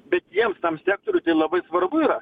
bet jiems tam sektoriui tai labai svarbu yra